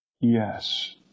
Yes